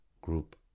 group